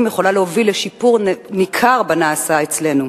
יכולה להוביל לשיפור ניכר בנעשה אצלנו.